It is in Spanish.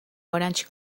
orange